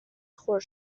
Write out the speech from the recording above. خورد